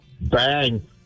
Bang